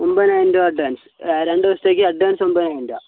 ഒമ്പതിനായിരം രൂപ അഡ്വാൻസ് രണ്ട് ദിവസത്തേക്ക് അഡ്വാൻസ് ഒമ്പതിനായിരം രൂപ